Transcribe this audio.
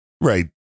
Right